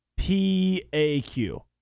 PAQ